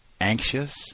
anxious